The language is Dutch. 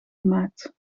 gemaakt